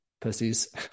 pussies